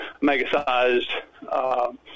mega-sized